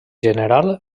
general